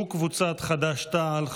ושל קבוצת סיעת חד"ש-תע"ל,